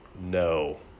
no